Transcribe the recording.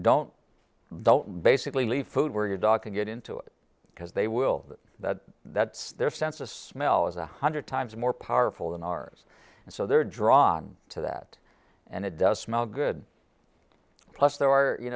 don't don't basically leave food where your dog can get into it because they will that's their sense of smell is a hundred times more powerful than ours and so they're drawn to that and it does smell good plus there are you